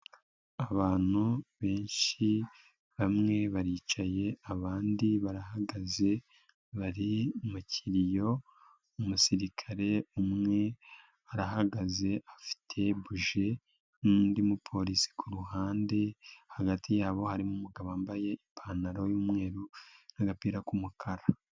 Abantu benshi bamwe baricaye abandi barahagaze, bari mu kiriyo umusirikare umwe arahagaze afite buji n'undi mupolisi ku ruhande, hagati yabo harimo umugabo wambaye ipantaro y'umweru n'agapira k'umukara.